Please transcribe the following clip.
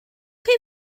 chi